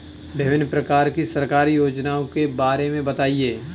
विभिन्न प्रकार की सरकारी योजनाओं के बारे में बताइए?